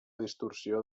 distorsió